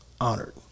honored